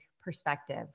perspective